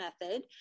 method